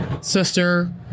sister